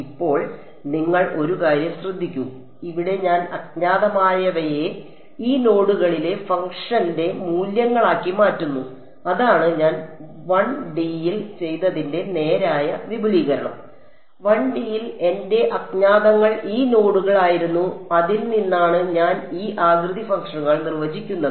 ഇപ്പോൾ നിങ്ങൾ ഒരു കാര്യം ശ്രദ്ധിക്കൂ ഇവിടെ ഞാൻ അജ്ഞാതമായവയെ ഈ നോഡുകളിലെ ഫംഗ്ഷന്റെ മൂല്യങ്ങളാക്കി മാറ്റുന്നു അതാണ് ഞാൻ 1D യിൽ ചെയ്തതിന്റെ നേരായ വിപുലീകരണം 1D യിൽ എന്റെ അജ്ഞാതങ്ങൾ ഈ നോഡുകൾ ആയിരുന്നു അതിൽ നിന്നാണ് ഞാൻ ഈ ആകൃതി ഫംഗ്ഷനുകൾ നിർവചിക്കുന്നത്